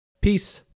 Peace